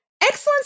Excellence